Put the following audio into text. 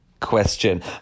question